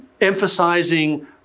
emphasizing